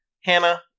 Hannah